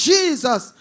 Jesus